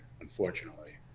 unfortunately